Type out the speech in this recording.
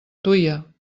tuia